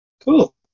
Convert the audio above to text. cool